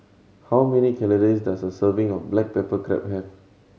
how many calories does a serving of black pepper crab have